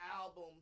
album